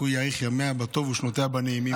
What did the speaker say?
הקדוש ברוך הוא יאריך ימיה בטוב ושנותיה בנעימים.